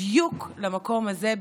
בדיוק למקום הזה,